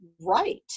right